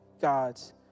God's